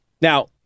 Now